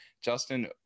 Justin